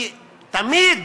תמיד